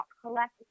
collect